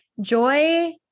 joy